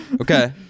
Okay